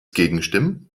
gegenstimmen